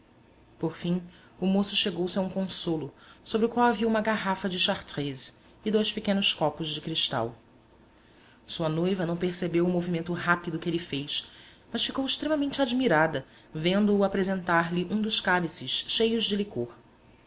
por fim o moço chegou-se a um consolo sobre o qual havia uma garrafa de chartreuse e dois pequenos copos de cristal sua noiva não percebeu o movimento rápido que ele fez mas ficou extremamente admirada vendo-o apresentar-lhe um dos cálices cheio de licor